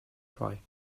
try